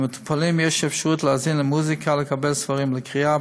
למטופלים יש אפשרות להאזין למוזיקה ולקבל ספרים לקריאה,